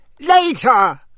later